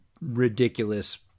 ridiculous